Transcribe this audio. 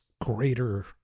greater